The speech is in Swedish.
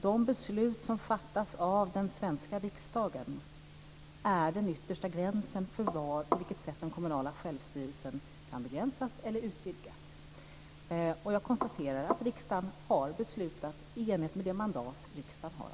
De beslut som fattas av den svenska riksdagen är den yttersta gränsen för på vilket sätt det kommunala självstyret kan begränsas eller utvidgas. Jag konstaterar att riksdagen har beslut i enlighet med det mandat riksdagen har.